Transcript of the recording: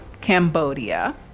Cambodia